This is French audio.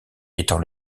étant